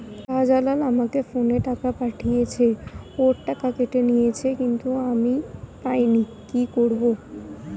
শাহ্জালাল আমাকে ফোনে টাকা পাঠিয়েছে, ওর টাকা কেটে নিয়েছে কিন্তু আমি পাইনি, কি করব?